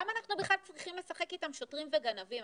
למה אנחנו בכלל צריכים לשחק איתם שוטרים וגנבים?